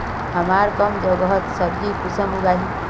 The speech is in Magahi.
हमार कम जगहत सब्जी कुंसम उगाही?